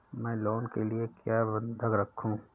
मैं लोन के लिए क्या बंधक रखूं?